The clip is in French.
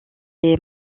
est